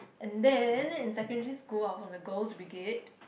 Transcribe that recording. and then in secondary school I was from the girl's brigade